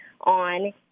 on